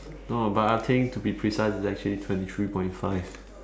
no but I think to be precise is actually twenty three point five